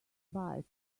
bite